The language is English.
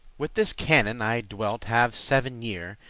with this canon i dwelt have seven year,